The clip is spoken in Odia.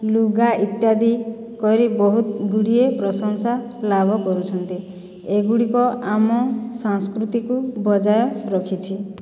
ଲୁଗା ଇତ୍ୟାଦି କରି ବହୁତଗୁଡ଼ିଏ ପ୍ରଶଂସା ଲାଭ କରୁଛନ୍ତି ଏଗୁଡ଼ିକ ଆମ ସଂସ୍କୃତିକୁ ବଜାୟ ରଖିଛି